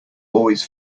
always